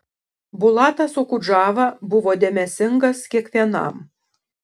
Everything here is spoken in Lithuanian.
bulatas okudžava buvo dėmesingas kiekvienam